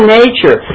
nature